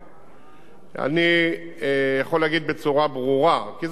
אני יכול להגיד בצורה ברורה, כי זו בעצם השאלה: